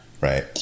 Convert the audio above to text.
Right